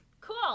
cool